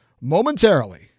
momentarily